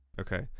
Okay